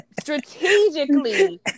strategically